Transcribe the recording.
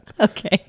Okay